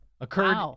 occurred